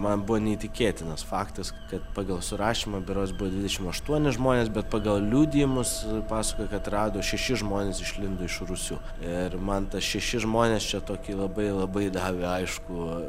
man buvo neįtikėtinas faktas kad pagal surašymą berods buvo dvidešim aštuoni žmonės bet pagal liudijimus pasakojo kad rado šeši žmonės išlindo iš rūsių ir man tas šeši žmonės čia tokį labai labai davė aiškų